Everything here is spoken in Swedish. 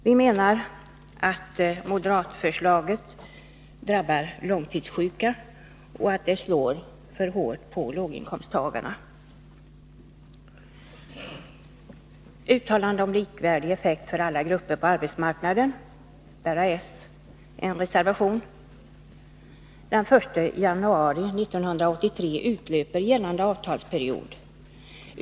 Vi menar att moderatförslaget hårdast drabbar långtidssjuka och att det slår för hårt på låginkomsttagarna. En reservation är rubricerad ”Uttalande om likvärdig effekt för alla grupper på arbetsmarknaden”. Den 1 januari 1983 utlöper gällande avtalsperiod.